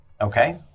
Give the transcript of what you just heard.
Okay